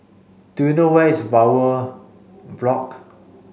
do you know where is Bowyer Block